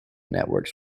networks